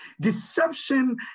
Deception